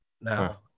now